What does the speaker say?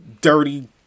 dirty